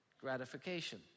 gratification